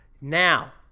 now